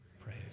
praise